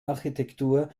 architektur